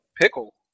Pickle